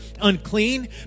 unclean